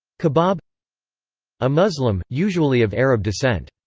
kebab a muslim, usually of arab descent.